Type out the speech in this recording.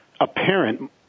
apparent